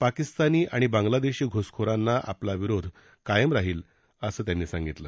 पाकिस्तानी आणि बांग्लादेशी घुसखोरांना आपला कायम विरोधच राहील असं त्यांनी सांगितलं